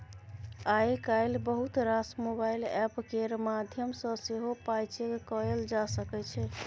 आइ काल्हि बहुत रास मोबाइल एप्प केर माध्यमसँ सेहो पाइ चैक कएल जा सकै छै